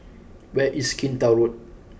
where is Kinta Road